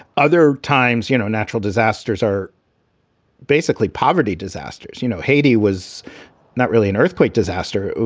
other times, you know, natural disasters are basically poverty, disasters. you know, haiti was not really an earthquake disaster.